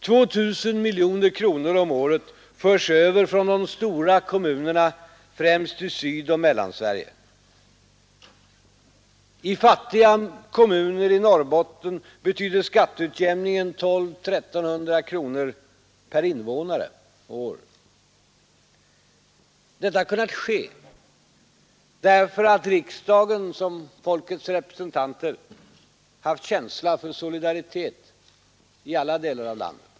2 000 miljoner kronor om året förs över från de stora kommunerna, främst i Sydoch Mellansverige. I fattiga kommuner i Norrbotten betyder skatteutjämningen 1200 — 1300 kronor per invånare och år. Det har kunnat ske därför att riksdagen som folkets representanter haft känsla för solidaritet i alla delar av landet.